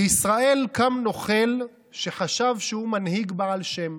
בישראל קם נוכל שחשב שהוא מנהיג בעל שם.